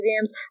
games